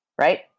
right